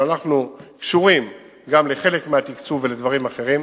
אבל אנחנו קשורים גם לחלק מהתקצוב ולדברים אחרים,